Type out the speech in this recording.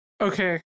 Okay